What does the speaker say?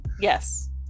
Yes